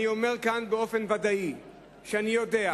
אני אומר כאן באופן ודאי שאני יודע,